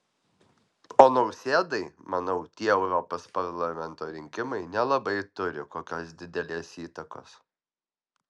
o nausėdai manau tie europos parlamento rinkimai nelabai turi kokios didelės įtakos